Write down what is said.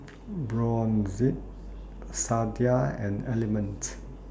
Brotzeit Sadia and Element